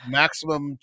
maximum